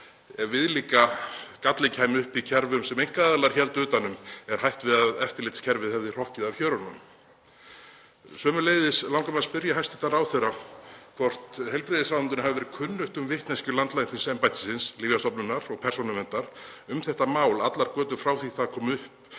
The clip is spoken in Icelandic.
viðlíka galli kæmi upp í kerfum sem einkaaðilar héldu utan um er hætt við að eftirlitskerfið hefði hrokkið af hjörunum. Sömuleiðis langar mig að spyrja hæstv. ráðherra hvort heilbrigðisráðuneytinu hafi verið kunnugt um vitneskju landlæknisembættisins, Lyfjastofnunar og Persónuverndar um þetta mál allar götur frá því að það kom upp